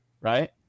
right